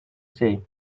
say